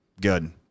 Good